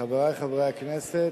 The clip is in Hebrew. חברי חברי הכנסת,